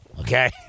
Okay